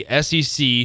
SEC